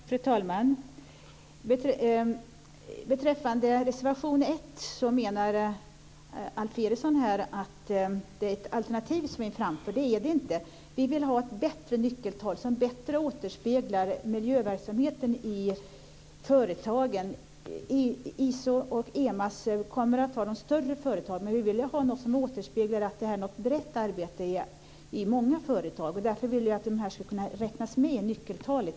Fru talman! Beträffande reservation 1 menar Alf Eriksson att det är ett alternativ vi framför. Det är det inte. Vi vill ha ett bättre nyckeltal som bättre återspeglar miljöverksamheten i företagen. ISO och EMAS kommer att ha de större företagen, men vi vill ha något som återspeglar att detta är ett brett arbete i många företag. Därför vill vi att dessa ska kunna räknas med i nyckeltalet.